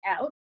out